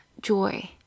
joy